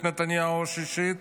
ממשלת נתניהו השישית